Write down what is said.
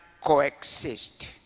coexist